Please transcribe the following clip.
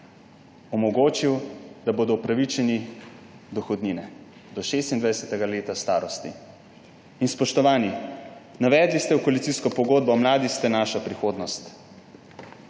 omogočil, da bodo upravičeni dohodnine do 26. leta starosti. Spoštovani, navedli ste v koalicijsko pogodbo: mladi ste naša prihodnost.